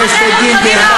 ויש בית-דין,